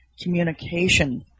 communication